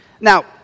Now